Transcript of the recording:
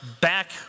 back